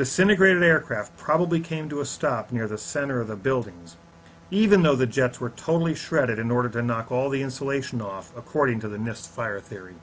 disintegrated aircraft probably came to a stop near the center of the buildings even though the jets were totally shredded in order to knock all the insulation off according to the nist fire theory